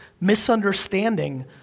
misunderstanding